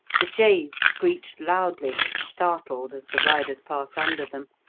the jays screeched loudly, startled as the riders passed under them,